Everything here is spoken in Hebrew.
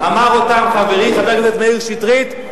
אמר אותם חברי חבר הכנסת מאיר שטרית,